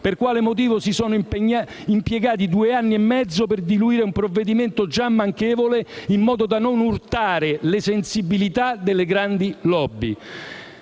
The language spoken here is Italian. per quale motivo si sono impiegati due anni e mezzo per diluire un provvedimento già manchevole, in modo da non urtare le sensibilità delle grandi *lobby*.